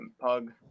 Pug